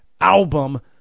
album